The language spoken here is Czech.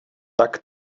tak